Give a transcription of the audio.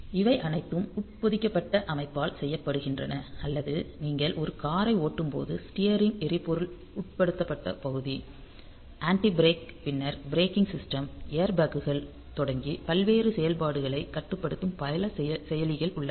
இவை அனைத்தும் உட்பொதிக்கப்பட்ட அமைப்பால் செய்யப்படுகின்றன அல்லது நீங்கள் ஒரு காரை ஓட்டும் போது ஸ்டீயரிங் எரிபொருள் ஊட்ப்படுத்தப்பட்ட பகுதி ஆன்டி பிரேக் பின்னர் பிரேக்கிங் சிஸ்டம் ஏர்பேக்குகள் தொடங்கி பல்வேறு செயல்பாடுகளை கட்டுப்படுத்தும் பல செயலிகள் உள்ளன